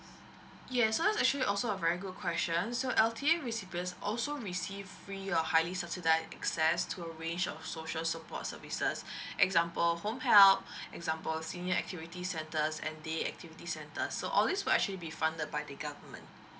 yes so uh it's actually also a very good question so L_T_A recipients also receive free or highly subsidized access to a range of social support services example home help example senior activity centres and day activity centres so all these will actually be funded by the government